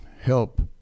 help